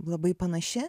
labai panaši